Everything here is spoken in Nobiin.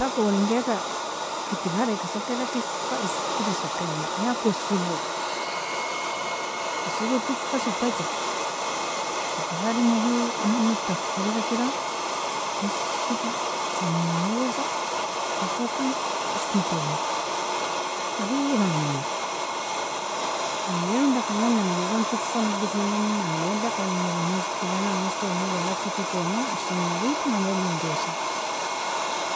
Shobak awalinkelka, ketifarika sokida tifa iskeda sokinami, ya koserlogo kosero tifa sokija kitefaringa jo amana tifrdakera neshifa samerosa kofokani isked tomo nadifnga minje namlialon dakangon namligon tifa nadifnamin namlindakan wala namos tomo wala koti tomon ashringa nadifnga nog manjosi.